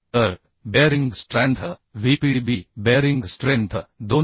तर bearing strength VPDB bearing strength 2